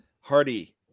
Hardy